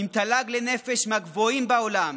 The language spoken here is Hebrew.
עם תל"ג לנפש מהגבוהים בעולם,